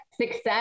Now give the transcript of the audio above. success